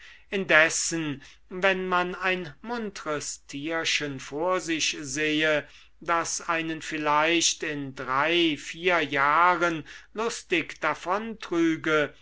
indessen wenn man ein muntres tierchen vor sich sehe das einen vielleicht in drei vier jahren lustig